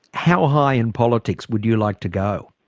how high in politics would you like to go?